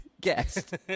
guest